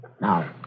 Now